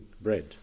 bread